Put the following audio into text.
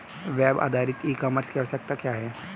Web आधारित e commerce की आवश्यकता क्या है?